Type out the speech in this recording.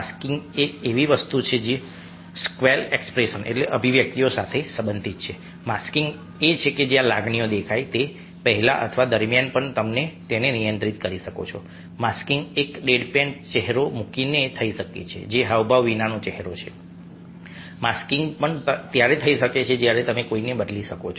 masking એ એક એવી વસ્તુ છે જે સ્ક્વેલ્ડ એક્સપ્રેશન્સઅભિવ્યક્તિઓ સાથે સંબંધિત છે માસ્કિંગ એ છે જ્યાં લાગણી દેખાય તે પહેલાં અથવા દરમિયાન પણ તમે તેને નિયંત્રિત કરો છો માસ્કિંગ એક ડેડપેન ચહેરો મૂકીને થઈ શકે છે જે હાવભાવ વિનાનો ચહેરો છે માસ્કિંગ પણ ત્યારે થઈ શકે છે જ્યારે તમે કોઈને બદલી શકો છો